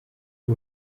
ubu